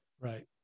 Right